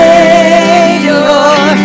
Savior